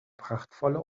prachtvolle